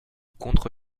contre